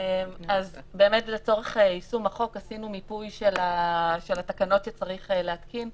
אז באמת לצורך יישום החוק עשינו מיפוי של התקנות שצריך להתקין.